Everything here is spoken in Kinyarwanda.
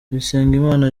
bisengimana